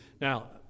Now